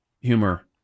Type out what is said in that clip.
humor